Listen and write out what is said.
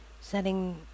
setting